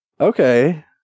Okay